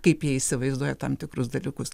kaip jie įsivaizduoja tam tikrus dalykus